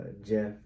Jeff